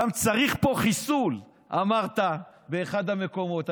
צריך פה חיסול, אמרת באחד המקומות.